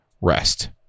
rest